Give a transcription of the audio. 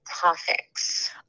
topics